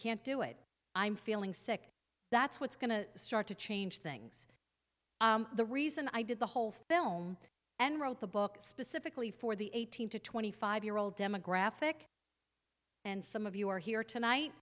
can't do it i'm feeling sick that's what's going to start to change things the reason i did the whole film and wrote the book specifically for the eighteen to twenty five year old demographic and some of you are here tonight